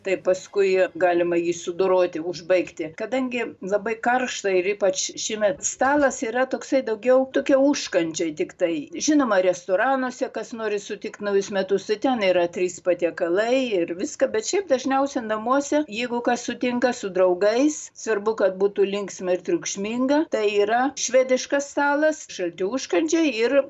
tai paskui galima jį sudoroti užbaigti kadangi labai karšta ir ypač šiemet stalas yra toksai daugiau tokie užkandžiai tiktai žinoma restoranuose kas nori sutikt naujus metus ten yra trys patiekalai ir viską bet šiaip dažniausia namuose jeigu kas sutinka su draugais svarbu kad būtų linksma ir triukšminga tai yra švediškas stalas šalti užkandžiai ir